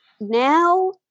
now